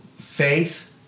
faith